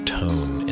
tone